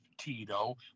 Tito